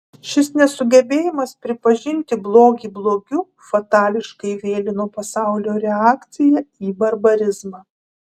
šis nesugebėjimas pripažinti blogį blogiu fatališkai vėlino pasaulio reakciją į barbarizmą